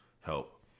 help